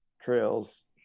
trails